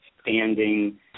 standing